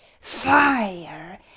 fire